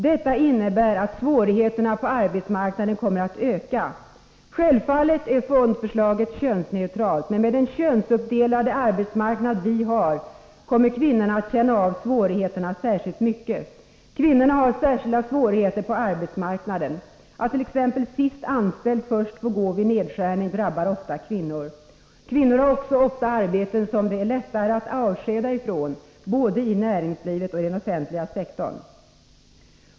Detta innebär att svårigheterna på arbetsmarknaden kommer att öka. Fondförslaget är självfallet könsneutralt. Men med den könsuppdelade arbetsmarknad vi har kommer kvinnorna att känna av svårigheterna särskilt mycket. Kvinnorna har särskilda svårigheter på arbetsmarknaden. Detta att exempelvis sist anställd först får gå vid nedskärning drabbar ofta kvinnor. De har dessutom ofta arbeten som det är lättare att avskeda ifrån, både i näringslivet och i den offentliga sektorn.